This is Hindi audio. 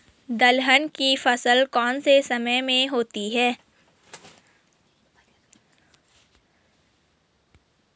दलहन की फसल कौन से समय में होती है?